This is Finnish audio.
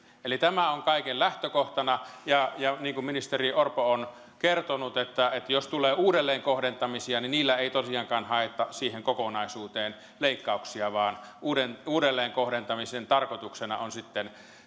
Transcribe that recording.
eli tämä on kaiken lähtökohtana ja ja niin kuin ministeri orpo on kertonut jos tulee uudelleenkohdentamisia niin niillä ei tosiaankaan haeta siihen kokonaisuuteen leikkauksia vaan uudelleenkohdentamisen tarkoituksena on sitten